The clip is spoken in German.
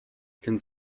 kennt